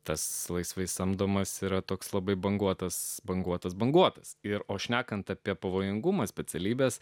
tas laisvai samdomas yra toks labai banguotas banguotas banguotas ir o šnekant apie pavojingumą specialybes